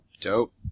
Dope